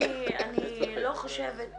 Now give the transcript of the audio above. אני לא חושבת,